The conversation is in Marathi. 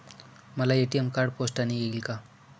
मला ए.टी.एम कार्ड पोस्टाने येईल का?